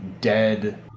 dead